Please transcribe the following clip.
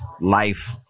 life